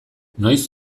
noiz